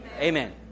Amen